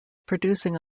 producing